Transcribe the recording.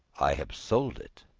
i have sold it.